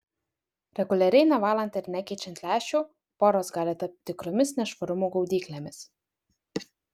reguliariai nevalant ir nekeičiant lęšių poros gali tapti tikromis nešvarumų gaudyklėmis